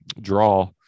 draw